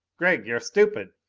gregg, you're stupid!